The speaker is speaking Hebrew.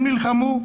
הם נלחמו,